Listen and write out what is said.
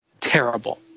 terrible